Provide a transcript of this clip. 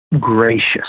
gracious